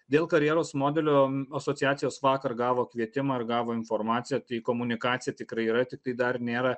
dėl karjeros modelio asociacijos vakar gavo kvietimą ir gavo informaciją tai komunikacija tikrai yra tiktai dar nėra